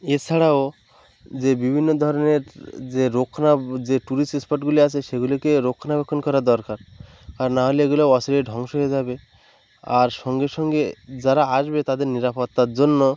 এছাড়াও যে বিভিন্ন ধরনের যে যে টুরিস্ট স্পটগুলি আছে সেগুলিকে রক্ষণাবেক্ষণ করা দরকার আর নাহলে এগুলো অচিরে ধ্বংস হয়ে যাবে আর সঙ্গে সঙ্গে যারা আসবে তাদের নিরাপত্তার জন্য